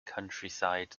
countryside